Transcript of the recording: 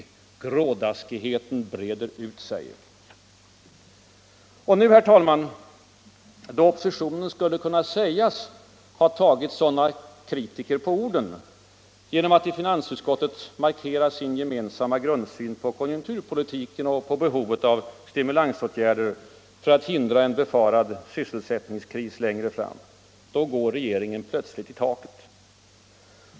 Grådaskigheten breder ut sig.” Och nu, herr talman, då oppositionen skulle kunna sägas ha tagit sådana kritiker på orden genom att i finansutskottet markera sin gemensamma grundsyn på konjunkturpolitiken och behovet av stimulansåtgärder för att hindra en befarad sysselsättningskris längre fram, då går regeringen plötsligt i taket.